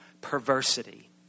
perversity